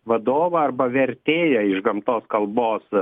vadovą arba vertėją iš gamtos kalbos